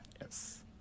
Yes